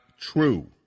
true